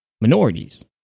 minorities